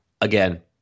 again